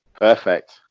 Perfect